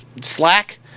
slack